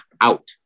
out